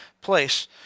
place